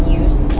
use